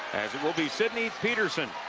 it will be sidney petersen,